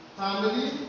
family